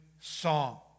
song